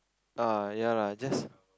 uh ya lah just